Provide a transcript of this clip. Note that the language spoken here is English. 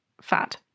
fat